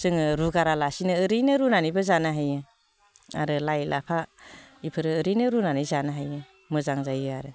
जोङो रुगारालासिनो ओरैनो रुनानैबो जानो हायो आरो लाइ लाफा इफोरो ओरैनो रुनानै जानो हायो मोजां जायो आरो